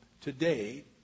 Today